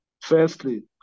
Firstly